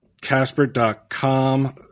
Casper.com